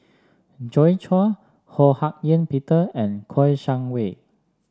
Joi Chua Ho Hak Ean Peter and Kouo Shang Wei